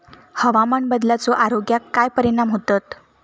हवामान बदलाचो आरोग्याक काय परिणाम होतत?